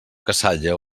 cassalla